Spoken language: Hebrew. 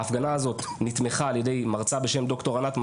ההפגנה הזאת נתמכה על ידי מרצה בשם ד"ר ענת מטר,